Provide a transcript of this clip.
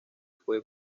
fue